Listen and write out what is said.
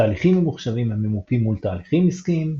תהליכים ממוחשבים הממופים מול תהליכים עסקיים,